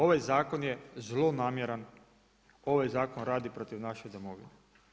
Ovaj zakon je zlonamjeran, ovaj zakon radi protiv naše domovine.